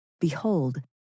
behold